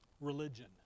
Religion